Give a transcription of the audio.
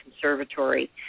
conservatory